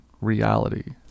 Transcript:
reality